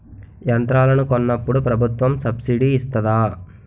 యంత్రాలను కొన్నప్పుడు ప్రభుత్వం సబ్ స్సిడీ ఇస్తాధా?